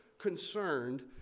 concerned